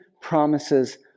promises